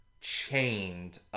chained